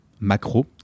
macro